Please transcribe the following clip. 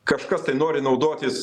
kažkas tai nori naudotis